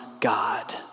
God